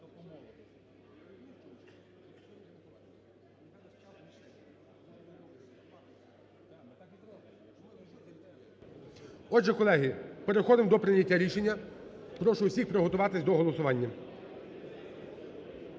Отже, колеги, переходимо до прийняття рішення. Прошу всіх приготуватись до голосування.